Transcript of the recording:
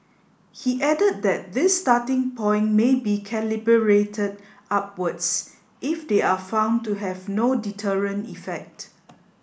he added that this starting point may be calibrated upwards if they are found to have no deterrent effect